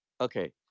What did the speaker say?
Okay